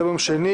היום יום שני,